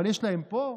אבל יש להם פה.